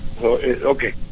okay